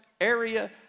area